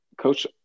Coach